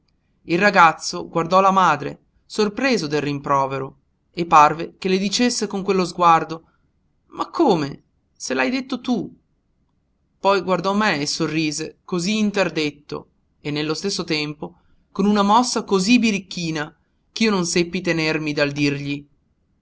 il ragazzo guardò la madre sorpreso del rimprovero e parve che le dicesse con quello sguardo ma come se l'hai detto tu poi guardò me e sorrise cosí interdetto e nello stesso tempo con una mossa cosí birichina ch'io non seppi tenermi dal dirgli